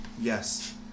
Yes